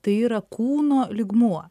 tai yra kūno lygmuo